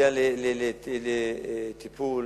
להגיע לטיפול